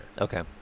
Okay